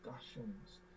discussions